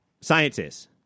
scientists